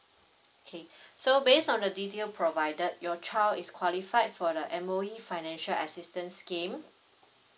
okay so based on the detail provided your child is qualified for the M_O_E financial assistance scheme